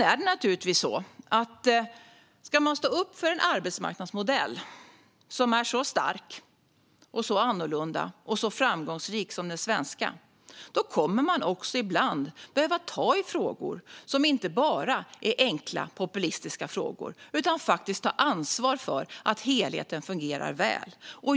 Om man ska stå upp för en arbetsmarknadsmodell som är så stark, så annorlunda och så framgångsrik som den svenska kommer man ibland att behöva ta itu med frågor som inte bara är enkla och populistiska och ta ansvar för att helheten fungerar väl.